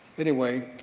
anyway,